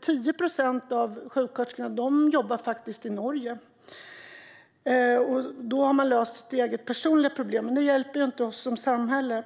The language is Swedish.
10 procent av de svenska sjuksköterskorna jobbar nämligen i Norge. Då har man löst sitt eget personliga problem. Men det hjälper inte samhället.